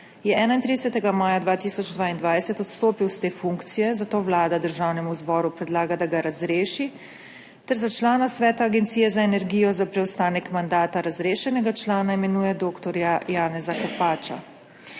je 31. maja 2022 odstopil s te funkcije, zato Vlada Državnemu zboru predlaga, da ga razreši ter za člana sveta Agencije za energijo za preostanek mandata razrešenega člana imenuje dr. Janeza Kopača.